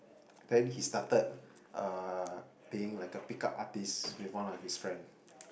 then he started uh being like a pick up artist with one of his friend